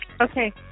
Okay